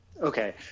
Okay